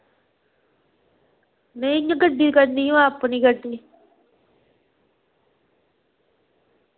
नेईं इ'यां गड्डी करनी होऐ अपनी गड्डी